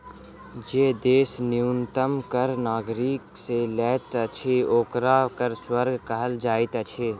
जे देश न्यूनतम कर नागरिक से लैत अछि, ओकरा कर स्वर्ग कहल जाइत अछि